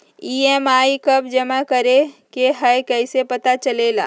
EMI कव जमा करेके हई कैसे पता चलेला?